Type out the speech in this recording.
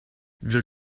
wir